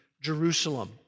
Jerusalem